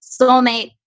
soulmate